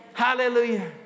Hallelujah